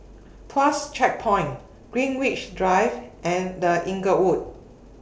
Tuas Checkpoint Greenwich Drive and The Inglewood